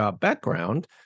background